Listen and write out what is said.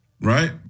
right